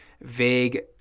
vague